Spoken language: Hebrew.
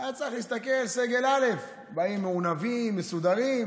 היה צריך להסתכל, סגל א' באים מעונבים, מסודרים,